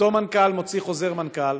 אותו מנכ"ל, מוציא חוזר מנכ"ל